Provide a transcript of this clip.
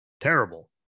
terrible